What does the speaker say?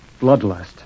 bloodlust